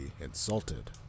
insulted